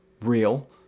real